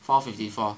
four fifty four